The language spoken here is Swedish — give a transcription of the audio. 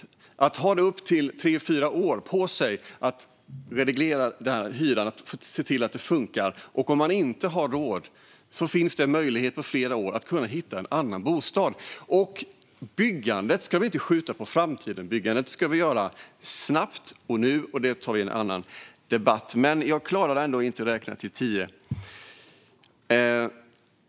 Det handlar om att ha upp till tre fyra år på sig att reglera hyran och se till att det funkar. Och om hyresgästen inte har råd finns det en möjlighet under flera år att hitta en annan bostad. Byggandet ska vi inte skjuta på framtiden. Byggandet ska ske snabbt och nu, men det får vi ta upp i en annan debatt. Jag klarade ändå inte att räkna till tio.